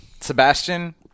Sebastian